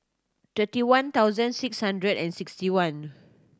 twenty one thousand six hundred and sixty one